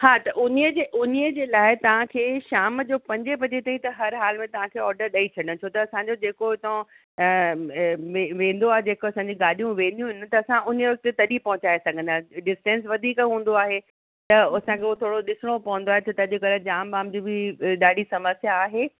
हा त उन्हीअ जे उन्हीअ जे लाइ तव्हांखे शाम जो पंजे बजे ताईं त हर हाल में तव्हांखे ऑडर ॾेई छॾिजो छो त असांजो जेको हितां वेंदो आहे जेको असांजी गाॾियूं वेंदियूं हिन त असां उन्हिअ वक़्तु तॾहिं पहुचाए सघंदासि डिस्टेंस वधीक हूंदो आहे त असांखे उहो थोरो ॾिसिणो पवंदो आहे छो त अॼुकल्ह जाम वाम जी बि ॾाढी समस्या आहे